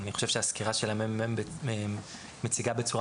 אני חושב שהסקירה של הממ״מ מציגה בצורה